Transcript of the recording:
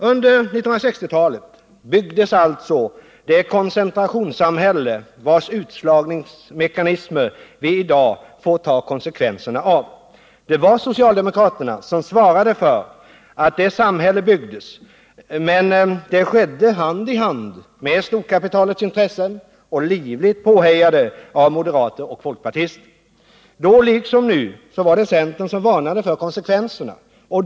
Under 1960-talet byggdes alltså det koncentrationssamhälle vars utslagningsmekanismer vi i dag får ta konsekvenserna av. Det var socialdemokraterna som svarade för att det samhället byggdes, men det skedde hand i hand med storkapitalets intresse, under livligt påhejande av moderater och folkpartister. Då — liksom nu — var det centern som varnade för konsekvenserna.